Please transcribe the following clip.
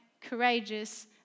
courageous